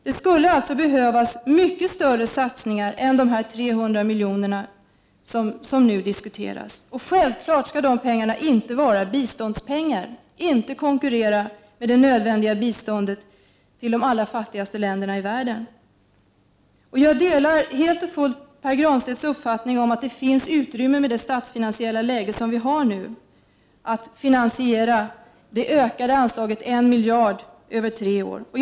Det skulle alltså behövas mycket större satsningar än de 300 miljoner som nu diskuteras, och de pengarna skall självfallet inte vara biståndspengar — de skall inte konkurrera med det nödvändig biståndet till de allra fattigaste länderna i världen. Jag delar helt och fullt Pär Granstedts uppfattning att det i nuvarande statsfinansiella läge finns utrymme att finansiera det ökade anslaget på 1 Prot. 1989/90:45 miljard över tre år.